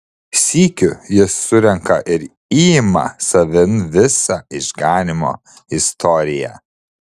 sykiu jis surenka ir įima savin visą išganymo istoriją